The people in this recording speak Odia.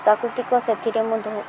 ପ୍ରାକୃତିକ ସେଥିରେ ମୁଁ ଧଉ